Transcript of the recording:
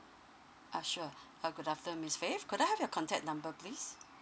uh sure uh good afternoon miss faith could I have your contact number please